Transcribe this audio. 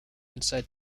inside